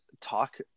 talk